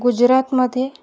गुजरातमध्ये